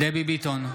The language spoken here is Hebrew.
דבי ביטון,